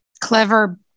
clever